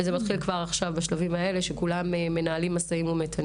זה מתחיל כבר עכשיו בשלבים האלה שכולם מנהלים משאים-ומתנים.